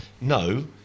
no